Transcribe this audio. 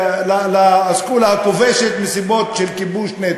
לאסכולה הכובשת מסיבות של כיבוש נטו.